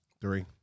Three